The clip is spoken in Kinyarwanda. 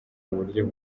uburyo